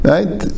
Right